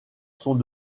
sont